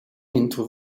into